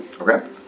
Okay